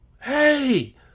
Hey